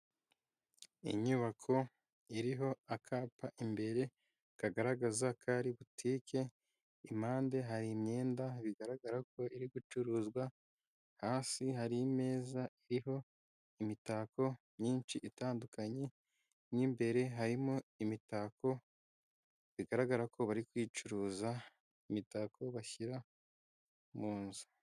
Inyubako iriho akapa imbere kagaragaza ko ari butike, impande hari imyenda bigaragara ko iri gucuruzwa, hasi hari imeza iriho imitako myinshi itandukanye mo imbere harimo imitako bigaragara ko bari kwicuruza imitako bashyira mu nzu.